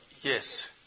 Yes